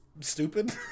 stupid